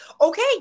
Okay